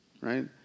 right